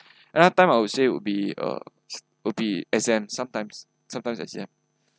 another time I would say would be uh would be exam sometimes sometimes exam